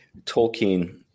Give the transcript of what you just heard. Tolkien